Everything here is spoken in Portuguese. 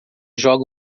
joga